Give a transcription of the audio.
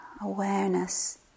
Awareness